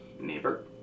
Neighbor